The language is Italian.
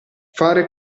fare